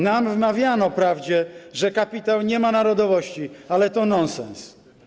Nam wmawiano wprawdzie, że kapitał nie ma narodowości, ale to nonsens.